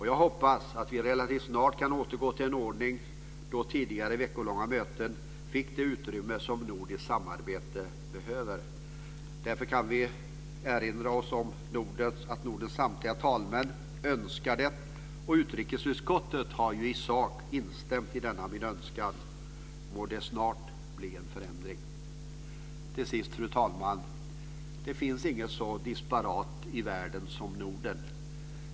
Jag hoppas att vi relativt snart kan återgå till en ordning då tidigare veckolånga möten fick det utrymme som nordiskt samarbete behöver. Därför kan vi erinra oss om att Nordens samtliga talmän önskar detta och att utrikesutskottet i sak har instämt i denna min önskan. Må det snart bli en förändring! Till sist, fru talman: Det finns inget så disparat i världen som Norden.